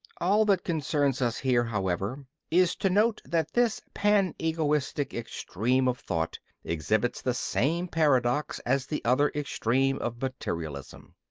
all that concerns us here, however, is to note that this panegoistic extreme of thought exhibits the same paradox as the other extreme of materialism.